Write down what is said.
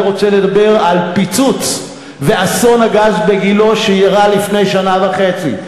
אני רוצה לדבר על פיצוץ ואסון הגז בגילה שאירע לפני שנה וחצי.